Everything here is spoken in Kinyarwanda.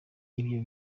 ibyo